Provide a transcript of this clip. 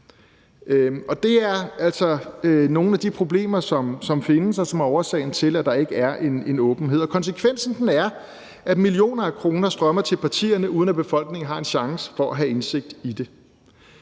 altså nogle af de problemer, som findes, og som er årsagen til, at der ikke er en åbenhed, og konsekvensen er, at millioner af kroner strømmer til partierne, uden at befolkningen har en chance for at have indsigt i det.